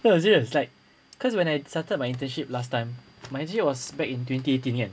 no serious like cause when I started my internship last time my internship was back in twenty eighteen kan